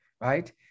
right